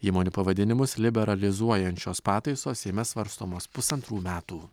įmonių pavadinimus liberalizuojančios pataisos seime svarstomos pusantrų metų